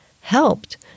helped